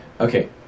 Okay